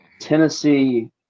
Tennessee